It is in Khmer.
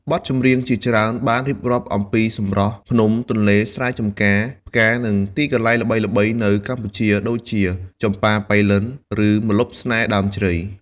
បទចម្រៀងជាច្រើនបានរៀបរាប់អំពីសម្រស់ភ្នំ ទន្លេ ស្រែចំការ ផ្កា និងទីកន្លែងល្បីៗនៅកម្ពុជា ដូចជា ចំប៉ាប៉ៃលិន ឬ ម្លប់ស្នេហ៍ដើមជ្រៃ។